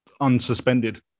unsuspended